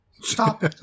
Stop